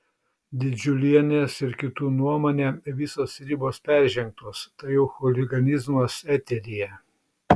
didžiulienės ir kitų nuomone visos ribos peržengtos tai jau chuliganizmas eteryje